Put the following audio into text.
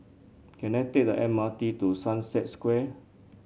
can I take the M R T to Sunset Square